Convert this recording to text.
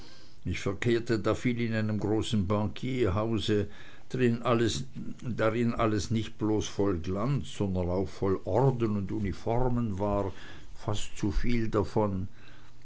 ich verkehrte da viel in einem großen bankierhause drin alles nicht bloß voll glanz sondern auch voll orden und uniformen war fast zuviel davon